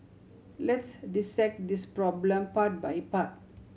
let's dissect this problem part by part